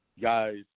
guys